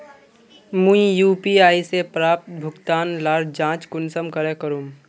मुई यु.पी.आई से प्राप्त भुगतान लार जाँच कुंसम करे करूम?